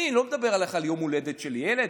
אני לא מדבר על יום הולדת של ילד,